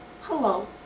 Hello